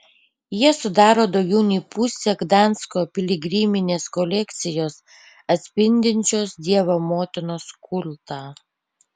jie sudaro daugiau nei pusę gdansko piligriminės kolekcijos atspindinčios dievo motinos kultą